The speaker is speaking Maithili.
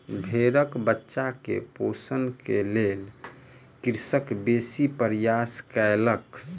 भेड़क बच्चा के पोषण के लेल कृषक बेसी प्रयास कयलक